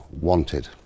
wanted